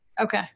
okay